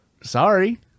Sorry